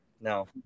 No